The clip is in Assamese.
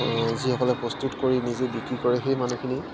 যিসকলে প্ৰস্তুত কৰি নিজে বিক্ৰী কৰে সেই মানুহখিনি